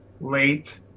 late